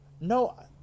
No